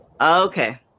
okay